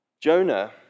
Jonah